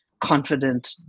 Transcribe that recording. confident